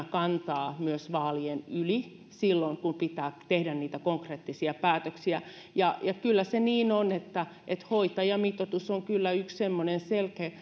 kantaa myös vaalien yli siihen kun pitää tehdä niitä konkreettisia päätöksiä kyllä se niin on että että hoitajamitoitus on yksi semmoinen selkeä